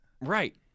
right